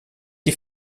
die